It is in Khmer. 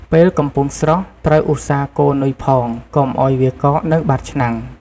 ពេលកំពុងស្រុះត្រូវ ឧស្សាហ៍កូរនុយផងកុំឱ្យវាកកនៅបាតឆ្នាំង។